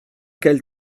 quel